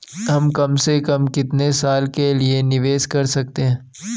हम कम से कम कितने साल के लिए निवेश कर सकते हैं?